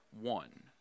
one